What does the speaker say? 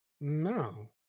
No